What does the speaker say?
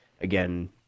again